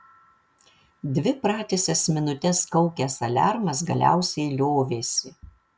dvi pratisas minutes kaukęs aliarmas galiausiai liovėsi